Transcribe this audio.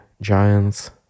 giants